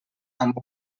amb